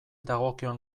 dagokion